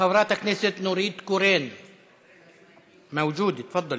חברת הכנסת נורית קורן, מאוג'ודה, תפאדלי.